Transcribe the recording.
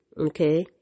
Okay